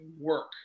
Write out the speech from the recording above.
work